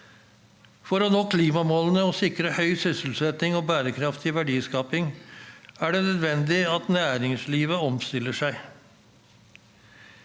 For å nå klimamålene og sikre høy sysselsetting og bærekraftig verdiskaping er det nødvendig at næringslivet omstiller seg.